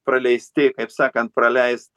praleisti kaip sakant praleist